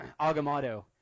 Agamotto